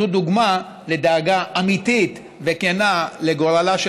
זו דוגמה לדאגה אמיתית וכנה לגורלה של